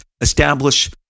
establish